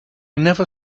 never